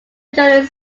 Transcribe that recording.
generally